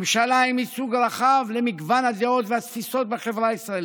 ממשלה עם ייצוג רחב למגוון הדעות והתפיסות בחברה הישראלית.